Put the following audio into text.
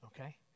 okay